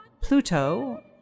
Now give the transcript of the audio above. Pluto